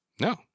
no